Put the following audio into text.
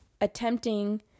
attempting